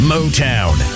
Motown